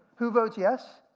who votes yes?